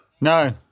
No